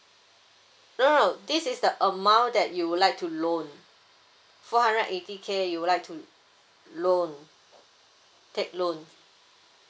no no this is the amount that you would like to loan four hundred eighty K you would like to loan take loan